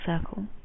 Circle